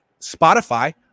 Spotify